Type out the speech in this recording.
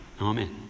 Amen